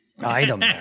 item